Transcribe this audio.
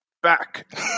Back